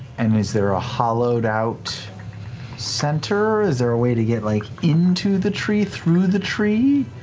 and is there a hollowed out center, is there a way to get like into the tree through the tree?